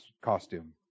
costume